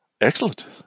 Excellent